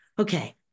Okay